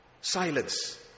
silence